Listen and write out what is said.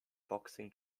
boxing